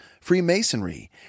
Freemasonry